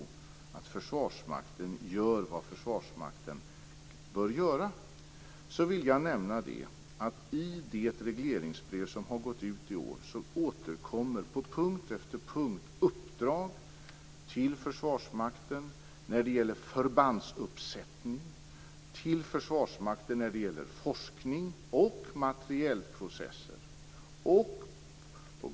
Gör Försvarsmakten vad Försvarsmakten bör göra? Jag vill här nämna att i det regleringsbrev som har gått ut i år återkommer på punkt efter punkt uppdrag till Försvarsmakten när det gäller förbandsuppsättning, forskning och materielprocesser.